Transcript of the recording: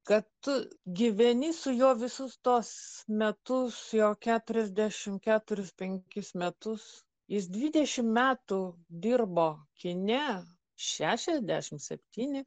kad tu gyveni su juo visus tuos metus jo keturiasdešim keturis penkis metus jis dvidešim metų dirbo kine šešiasdešim septyni